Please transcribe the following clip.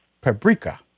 paprika